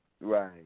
Right